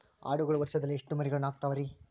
ಆಡುಗಳು ವರುಷದಲ್ಲಿ ಎಷ್ಟು ಮರಿಗಳನ್ನು ಹಾಕ್ತಾವ ರೇ?